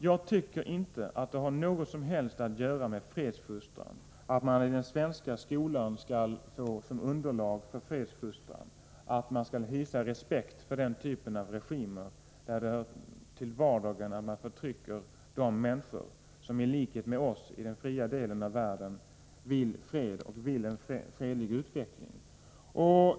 Jag tycker inte att det har något som helst med fredsfostran att göra, när man i den svenska skolan säger att vi skall hysa respekt för regimer, vilka förtrycker människor som i likhet med oss i den fria världsdelen vill ha en fredlig utveckling.